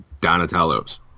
Donatello's